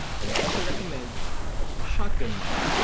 and i also recommend a shotgun mic.